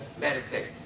meditate